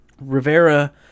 Rivera